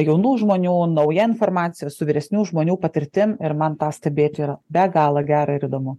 jaunų žmonių nauja informacija su vyresnių žmonių patirtim ir man tą stebėti yra be galo gera ir įdomu